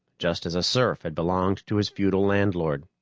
just as a serf had belonged to his feudal landlord.